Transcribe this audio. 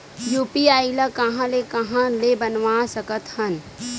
UPI ल कहां ले कहां ले बनवा सकत हन?